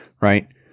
right